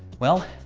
well,